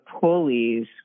pulleys